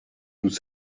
nous